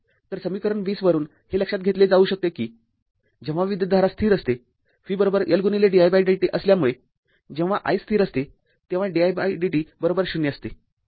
तरसमीकरण २० वरून हे लक्षात घेतले जाऊ शकते की जेव्हा विद्युतधारा स्थिर असते vL didt असल्यामुळे जेव्हा i स्थिर असते तेव्हा didt० असते